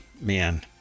Man